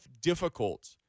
difficult